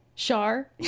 Shar